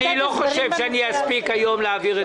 לא חייבים הצעות לסדר.